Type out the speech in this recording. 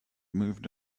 moved